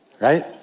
right